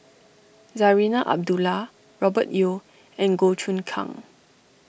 Zarinah Abdullah Robert Yeo and Goh Choon Kang